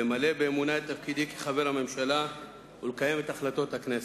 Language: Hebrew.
למלא באמונה את תפקידי כחבר הממשלה ולקיים את החלטות הכנסת.